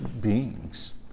beings